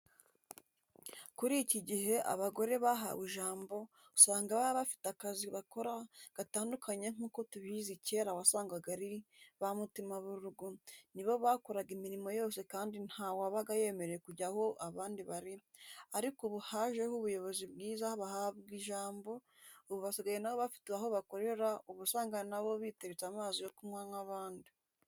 Kuri iki gihe abagore bahawe ijambo, usanga baba bafite akazi bakora gatandukanye nk'uko tubizi kera wasangaga ari ba mutima b'urugo ni bo bakoraga imirimo yose kandi ntawabaga yemerewe kujya aho abandi bari ariko ubu hajeho ubuyobozi bwiza bahabwa ijambo, ubu basigaye na bo bafite aho bakorera uba usanga na bo biteretse amazi yo kunywa nk'abandi.